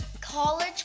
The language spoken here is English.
College